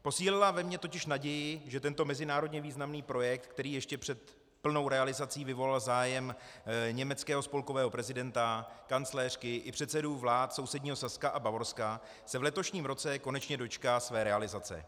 Posílila ve mně totiž naději, že tento mezinárodně významný projekt, který ještě před plnou realizací vyvolal zájem německého spolkového prezidenta, kancléřky i předsedů vlád sousedního Saska a Bavorska, se v letošním roce konečně dočká své realizace.